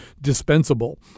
dispensable